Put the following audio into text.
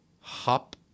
hop